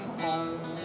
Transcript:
home